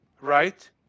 Right